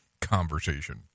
conversation